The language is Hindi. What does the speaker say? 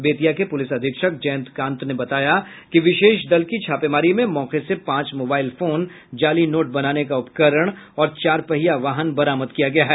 बेतिया के पुलिस अधीक्षक जयंतकांत ने बताया कि विशेष दल की छापेमारी में मौके से पांच मोबाइल फोन जाली नोट बनाने का उपकरण और चार पहिया वाहन बरामद किया गया है